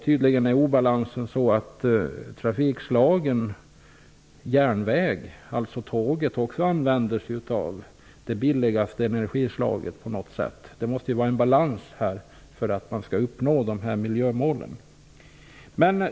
Tydligen är obalansen så, att trafikslaget järnvägen -- tåget alltså -- också använder sig av det billigaste energislaget. Det måste ju vara balans för att man skall uppnå uppsatta miljömål.